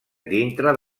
dintre